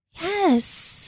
Yes